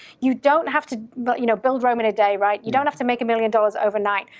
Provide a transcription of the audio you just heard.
you don't have to but you know build rome in a day, right? you don't have to make a million dollars overnight.